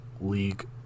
league